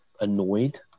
annoyed